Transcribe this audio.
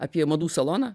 apie madų saloną